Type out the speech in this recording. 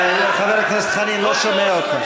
של קבוצת מרצ, חבר הכנסת חנין, לא שומע אותך.